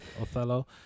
Othello